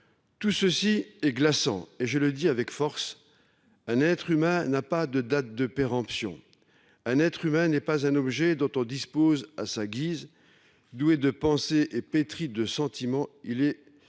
Tout cela est glaçant ! Je le dis avec force : un être humain n’a pas de date de péremption ; un être humain n’est pas un objet dont on dispose à sa guise. Doué de pensée et pétri de sentiments, il est fait